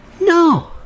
No